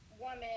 woman